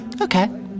Okay